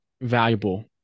valuable